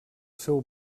seu